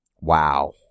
Wow